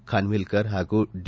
ಖನ್ವಿಲ್ತರ್ ಹಾಗೂ ಡಿ